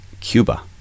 Cuba